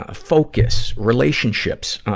ah focus, relationships.